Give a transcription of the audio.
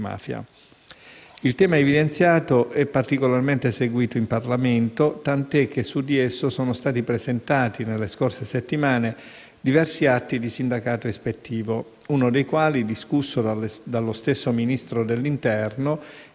antimafia. Il tema evidenziato è particolarmente seguito in Parlamento, tant'è che su di esso sono stati presentati, nelle scorse settimane, diversi atti di sindacato ispettivo, uno dei quali discusso dallo stesso Ministro dell'interno